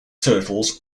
turtles